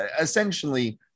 essentially